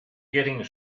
getting